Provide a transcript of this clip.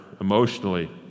emotionally